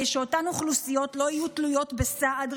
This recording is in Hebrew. שאותן אוכלוסיות לא יהיו תלויות בסעד,